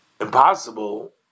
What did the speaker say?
impossible